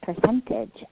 percentage